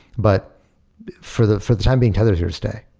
but for the for the time being, tether is here to stay.